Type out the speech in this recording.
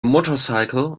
motorcycle